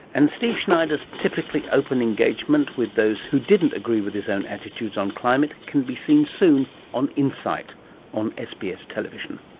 and steve schneider's typically open engagement with those who didn't agree with his own attitudes on climate can be seen soon on insight on sbs television.